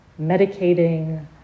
medicating